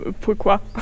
Pourquoi